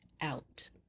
out